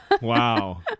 Wow